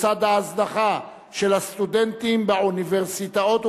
לצד ההזנחה של הסטודנטים באוניברסיטאות ובמכללות,